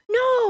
no